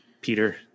Peter